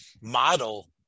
model